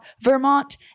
Vermont